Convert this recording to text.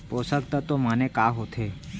पोसक तत्व माने का होथे?